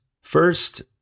First